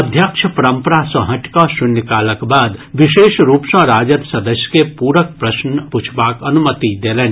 अध्यक्ष परम्परा सँ हटि कऽ शून्यकालक बाद विशेष रूप सँ राजद सदस्य के पूरक प्रश्न पूछबाक अनुमति देलनि